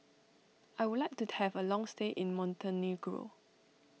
I would like to have a long stay in Montenegro